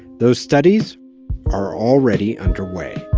those studies are already underway